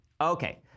Okay